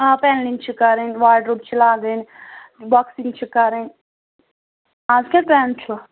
آ پینِلنٛگ چھِ کَرٕنۍ واڈروٗب چھِ لاگٕنۍ بۄکسِنٛگ چھِ کَرٕنۍ اَز کیٛاہ ٹٕرَیٚنڈ چھُ